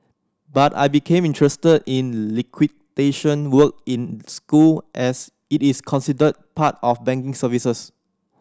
but I became interested in liquidation work in school as it is considered part of banking services